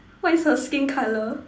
what is her skin colour